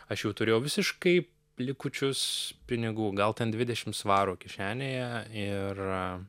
aš jau turėjau visiškai likučius pinigų gal ten dvidešimt svarų kišenėje ir